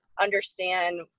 understand